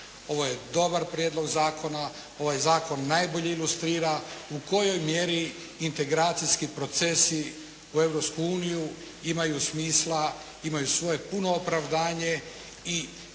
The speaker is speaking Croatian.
Ovo je dobar prijedlog zakona, ovaj zakon najbolje ilustrira u kojoj mjeri integracijski procesi u Europsku uniju imaju smisla, imaju svoje puno opravdanje i